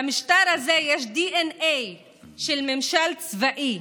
למשטר הזה יש דנ"א של ממשל צבאי,